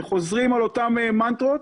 שחוזרים על אותם מנטרות,